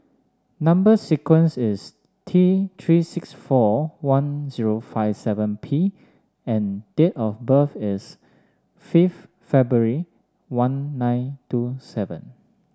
number sequence is T Three six four one zero five seven P and date of birth is fifth February one nine two seven